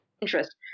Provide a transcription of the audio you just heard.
interest